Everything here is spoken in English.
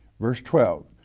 verse twelve,